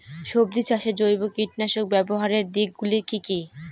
সবজি চাষে জৈব কীটনাশক ব্যাবহারের দিক গুলি কি কী?